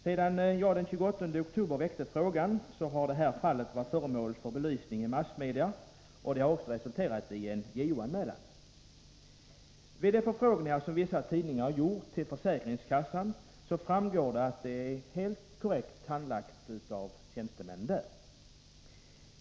Sedan jag den 28 oktober väckte frågan har detta fall varit föremål för belysning i massmedia och även resulterat i en JO-anmälan. Av de förfrågningar som vissa tidningar har gjort till försäkringskassan framgår att ärendet är helt korrekt handlagt av tjänstemännen där.